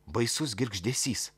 baisus girgždesys